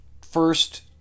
first